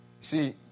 See